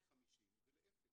ל-50% ולאפס.